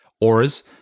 auras